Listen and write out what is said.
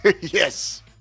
Yes